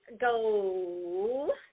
go